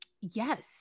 Yes